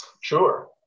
Sure